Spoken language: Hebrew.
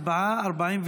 היום,